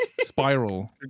Spiral